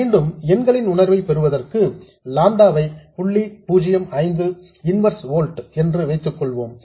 மீண்டும் எண்களின் உணர்வை பெறுவதற்கு லாம்டா ஐ புள்ளி பூஜ்யம் ஐந்து இன்வர்ஸ் ஓல்ட்ஸ் என்று வைத்துக் கொள்வோம்